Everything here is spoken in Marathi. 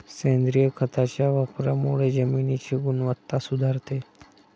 सेंद्रिय खताच्या वापरामुळे जमिनीची गुणवत्ता सुधारते